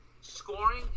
Scoring